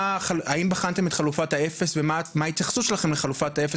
האם בחנתם את חלופת ה-0 ומה ההתייחסות שלכם לחלופת ה-0,